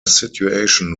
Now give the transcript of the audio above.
situation